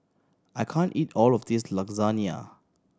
I can't eat all of this Lasagna